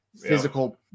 physical